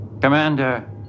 Commander